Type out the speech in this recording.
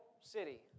city